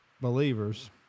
believers